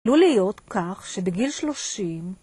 עלול להיות כך שבגיל שלושים